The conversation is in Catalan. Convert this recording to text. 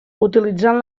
utilitzant